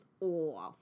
off